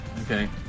Okay